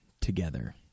together